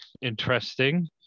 interesting